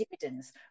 dividends